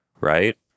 right